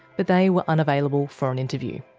but they were unavailable for an interview.